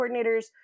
coordinators